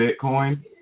Bitcoin